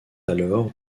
alors